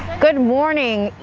good morning.